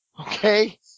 okay